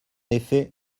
effet